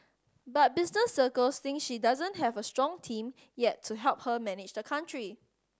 but business circles think she doesn't have a strong team yet to help her manage the country